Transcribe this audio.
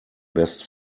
best